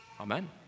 amen